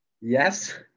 yes